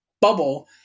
bubble